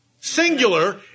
singular